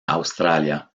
australia